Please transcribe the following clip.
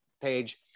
page